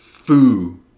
foo